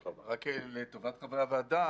לטובת חברי הוועדה,